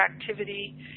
activity